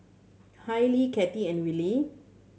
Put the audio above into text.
Hailee Cathi and Willy